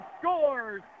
scores